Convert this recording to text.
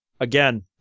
Again